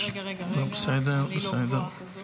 רגע, רגע, אני לא גבוהה כזו,